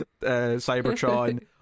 Cybertron